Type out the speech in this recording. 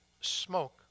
smoke